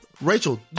Rachel